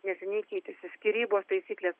neseniai keitėsi skyrybos taisyklės